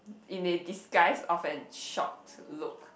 in a disguise of an shocked look